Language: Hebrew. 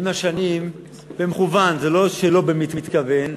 עם השנים, במכוון, זה לא שלא במתכוון,